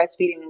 breastfeeding